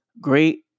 great